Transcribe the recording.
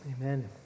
Amen